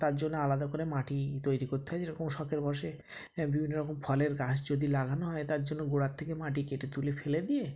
তার জন্য আলাদা করে মাটি তৈরি কোত্তে হয় যেরকম শখের বসে হ্যাঁ বিভিন্ন রকম ফলের গাছ যদি লাগানো হয় তার জন্য গোড়ার থেকে মাটি কেটে তুলে ফেলে দিয়ে